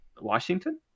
Washington